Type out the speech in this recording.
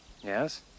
Yes